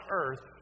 earth